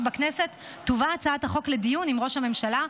בכנסת תובא הצעת החוק לדיון עם ראש הממשלה,